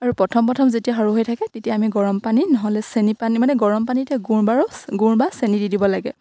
আৰু প্ৰথম প্ৰথম যেতিয়া সৰু হৈ থাকে তেতিয়া আমি গৰম পানী নহ'লে চেনি পানী মানে গৰম পানীতে গুৰ বাৰু গুৰ বা চেনি দি দিব লাগে